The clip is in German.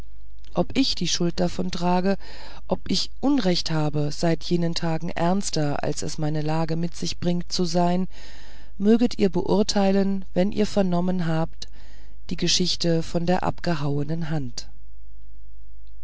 ob ich die schuld davon trage ob ich unrecht habe seit jenen tagen ernster als es meine lage mit sich bringt zu sein möget ihr beurteilen wenn ihr vernommen habt die geschichte von der abgehauenen hand